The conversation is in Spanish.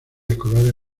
escolares